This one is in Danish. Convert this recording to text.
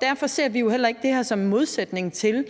Derfor ser vi jo heller ikke det her som en modsætning til